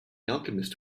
alchemist